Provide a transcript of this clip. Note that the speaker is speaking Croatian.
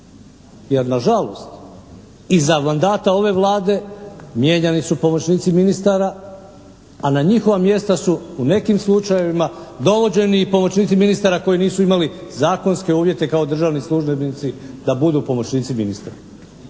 Jer nažalost i za mandata ove Vlade mijenjani su pomoćnici ministara a na njihova mjesta su u nekim slučajevima dovođeni i pomoćnici ministara koji nisu imali zakonske uvjete kao službenici da budu pomoćnici ministra.